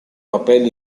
papel